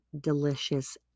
delicious